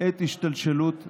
את השתלשלות הדברים.